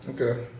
Okay